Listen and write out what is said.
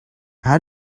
how